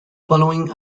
following